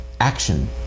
action